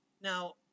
Now